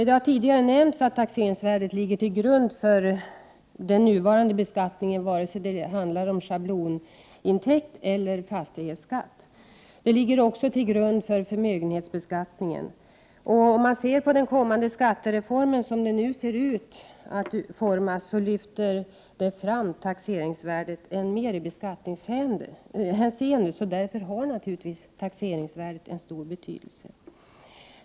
Det har tidigare nämnts att taxeringsvärdet ligger till grund för den nuvarande beskattningen vare sig det handlar om schablonintäkt eller fastighetsskatt. Det ligger också till grund för förmögenhetsbeskattningen. Som den kommande skattereformen ser ut att utformas kommer taxeringsvärdet än mer att lyftas fram i taxeringshänseende. Därför har naturligtvis taxeringsvärdet stor betydelse.